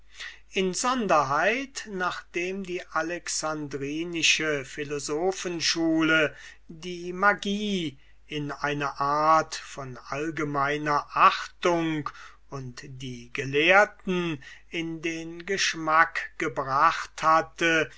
insonderheit nachdem die alexandrische philosophenschule die magie in eine art von allgemeiner achtung und die gelehrten in den geschmack gebracht hatte